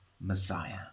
Messiah